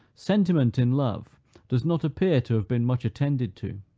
sentiment in love does not appear to have been much attended to.